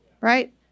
right